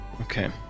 Okay